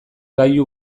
gailu